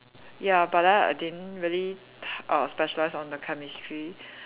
ya but then I didn't really uh specialise on the Chemistry